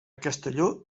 castelló